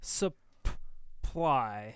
supply